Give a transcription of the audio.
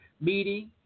meeting